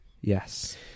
Yes